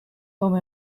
home